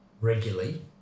regularly